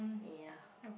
ya